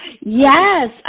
Yes